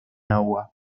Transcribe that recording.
agua